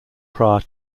prior